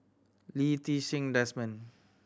Lee Ti Seng Desmond